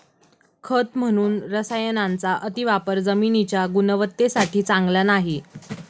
खत म्हणून रसायनांचा अतिवापर जमिनीच्या गुणवत्तेसाठी चांगला नाही